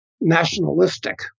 nationalistic